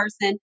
person